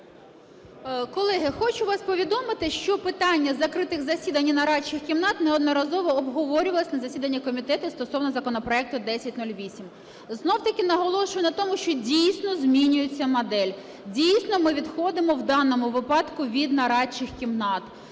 Колеги, хочу вас повідомити, що питання закритих засідань і нарадчих кімнат неодноразово обговорювалося на засіданні комітету стосовно законопроекту 1008. Знову - таки наголошу на тому, що дійсно змінюється модель, дійсно ми відходимо в даному випадку від нарадчих кімнат.